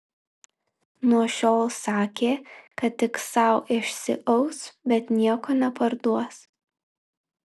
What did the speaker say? nuo šiol sakė kad tik sau išsiaus bet nieko neparduos